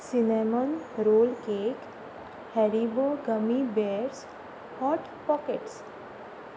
cinnamon roll cake Haribo gummy breads hot pockets